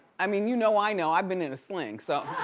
i mean, you know i know. i've been in a sling, so.